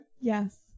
Yes